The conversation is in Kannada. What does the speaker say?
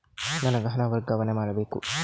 ನನಗೆ ಹಣ ವರ್ಗಾವಣೆ ಮಾಡಬೇಕು